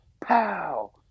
pow